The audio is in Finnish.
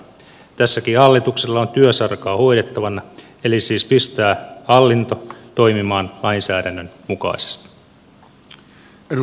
tässäkin hallituksella on työsarkaa hoidettavana siis pistää hallinto toimimaan lainsäädännön mukaisesti